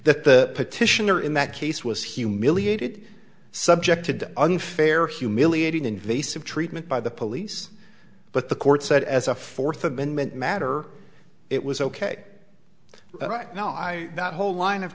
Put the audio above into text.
that the petitioner in that case was humiliated subjected unfair humiliating invasive treatment by the police but the court said as a fourth amendment matter it was ok right now i that whole line of